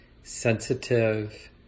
sensitive